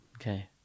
Okay